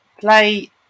play